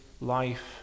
life